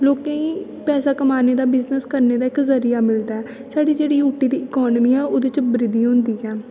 लोके गी पैसा कमाने दा बिजनस करने दा इक जरिया मिलदा ऐ साढ़ी जेहडी यूटी दी इकाॅनमी ऐ ओहदे च बृद्धी होंदी ऐ